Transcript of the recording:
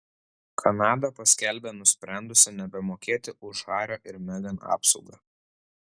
kanada paskelbė nusprendusi nebemokėti už hario ir megan apsaugą